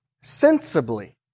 sensibly